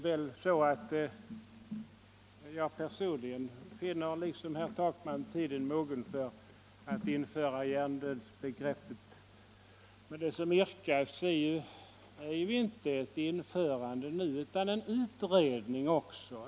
Jag finner personligen, liksom herr Takman, tiden mogen för att införa hjärndödsbegreppet. Men vad som yrkas är inte ett införande nu utan en utredning.